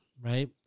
right